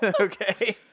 Okay